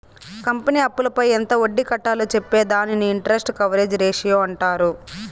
company అప్పులపై ఎంత వడ్డీ కట్టాలో చెప్పే దానిని ఇంటరెస్ట్ కవరేజ్ రేషియో అంటారు